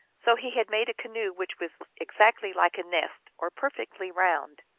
so he had made a canoe which was exactly like a nest, or perfectly round.